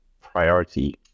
priority